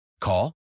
Call